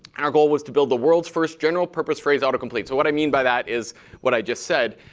our goal was to build the world's first general purpose phrase autocomplete. so what i mean by that is what i just said.